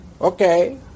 okay